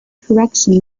correction